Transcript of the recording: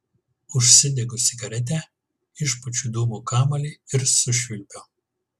užsidegu cigaretę išpučiu dūmų kamuolį ir sušvilpiu